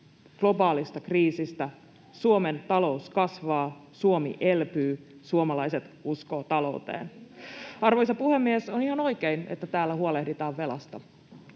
globaalista kriisistä: Suomen talous kasvaa, Suomi elpyy, suomalaiset uskovat talouteen. [Sari Sarkomaan välihuuto] Arvoisa puhemies! On ihan oikein, että täällä huolehditaan velasta.